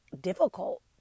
difficult